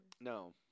No